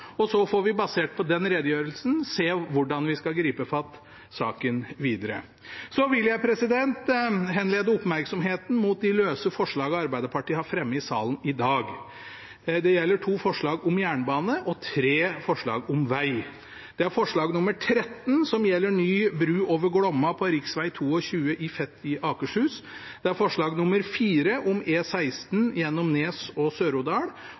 desember. Så får vi, basert på den redegjørelsen, se hvordan vi skal gripe fatt i saken videre. Så vil jeg henlede oppmerksomheten på de løse forslagene Arbeiderpartiet har fremmet i salen i dag. Det gjelder to forslag om jernbane og tre forslag om vei. Det er forslag nr. 13, som gjelder ny bru over Glomma på rv. 22 i Fet i Akershus, det er forslag nr. 14, om E16 gjennom Nes og